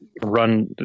run